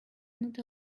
not